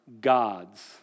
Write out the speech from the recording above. God's